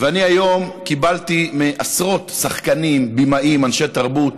היום קיבלתי מעשרות שחקנים, בימאים ואנשי תרבות